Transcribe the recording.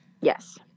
Yes